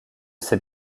ces